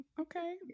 Okay